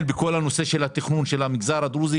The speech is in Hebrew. בכל הנושא של התכנון של המגזר הדרוזי.